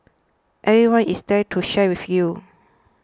everyone is there to share with you